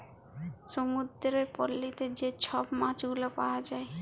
সমুদ্দুরের পলিতে যে ছব মাছগুলা পাউয়া যায়